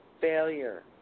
Failure